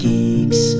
Geeks